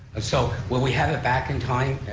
so, will we have it back in time,